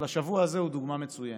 כל השבוע הזה הוא דוגמה מצוינת.